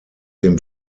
dem